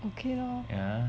okay lor